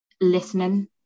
Listening